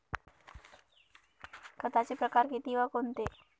खताचे प्रकार किती व कोणते?